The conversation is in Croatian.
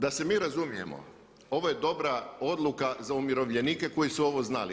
Da se mi razumijemo, ovo je dobra odluka za umirovljenike koji su ovo znali.